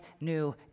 new